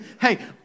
Hey